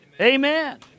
Amen